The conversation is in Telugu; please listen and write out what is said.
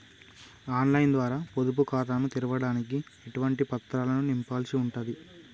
ఆన్ లైన్ ద్వారా పొదుపు ఖాతాను తెరవడానికి ఎటువంటి పత్రాలను నింపాల్సి ఉంటది?